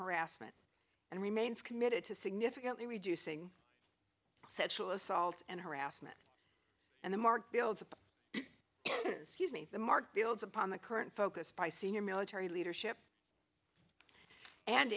harassment and remains committed to significantly reducing sexual assault and harassment and the more bills of the mark builds upon the current focus by senior military leadership and